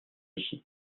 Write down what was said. ici